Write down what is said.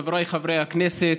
חבריי חברי הכנסת,